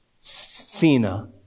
Sena